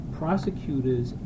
prosecutors